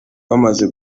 bamaze